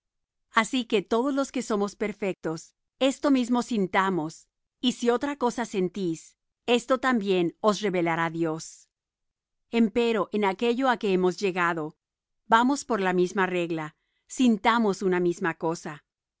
así que todos los que somos perfectos esto mismo sintamos y si otra cosa sentís esto también os revelará dios empero en aquello á que hemos llegado vamos por la misma regla sintamos una misma cosa